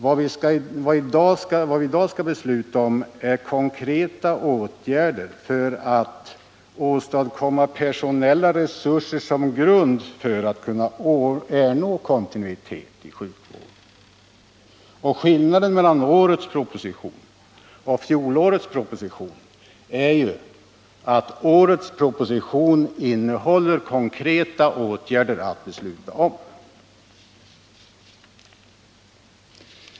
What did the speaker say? Vad vi i dag skall besluta om är konkreta åtgärder för att åstadkomma personella resurser som grund för att ernå kontinuitet i sjukvården. Skillnaden mellan årets proposition och fjolårets proposition är att årets innehåller förslag till konkreta åtgärder att besluta om.